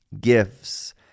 gifts